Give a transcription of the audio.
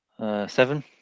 Seven